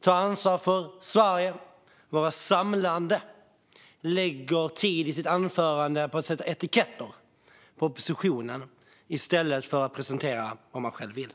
ta ansvar för Sverige och vara samlande lägger tid i sitt anförande på att sätta etiketter på oppositionen i stället för att presentera vad man själv vill.